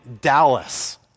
Dallas